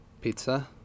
pizza